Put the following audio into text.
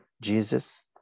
Jesus